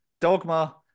Dogma